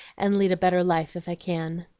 and lead a better life if i can.